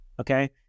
Okay